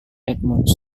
edmunds